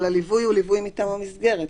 אבל הליווי הוא ליווי מטעם המסגרת.